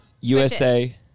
USA